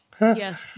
Yes